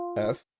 f.